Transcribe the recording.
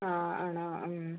ആ ആണോ